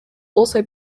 also